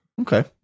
Okay